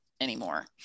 anymore